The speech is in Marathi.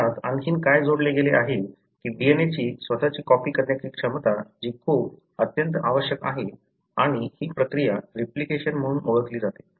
त्यात आणखी काय जोडले गेले आहे की DNA ची स्वतःची कॉपी करण्याची क्षमता जी खूप अत्यंत आवश्यक आहे आणि ही प्रक्रिया रिप्लिकेशन म्हणून ओळखली जाते